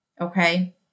okay